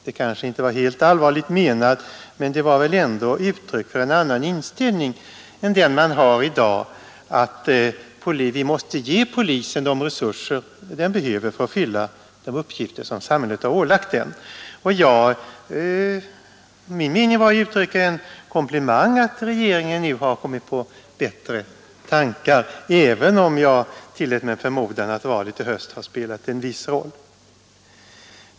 Det var måhända inte helt allvarligt menat, men det var väl ändå uttryck för en annan inställning än den man har i dag, att vi måste ge polisen de resurser den behöver för att fylla de uppgifter samhället ålagt den. Min mening var att uttala en komplimang för att regeringen nu har kommit på bättre tankar, även om jag tillät mig förmoda att valet i höst har spelat en viss roll.